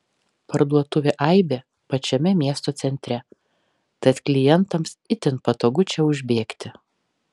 parduotuvė aibė pačiame miesto centre tad klientams itin patogu čia užbėgti